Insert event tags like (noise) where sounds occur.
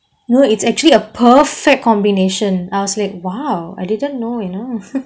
no it's actually a perfect combination I was like !wow! I didn't know you know (laughs)